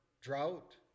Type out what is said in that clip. drought